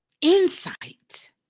Insight